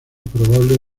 probable